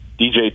DJ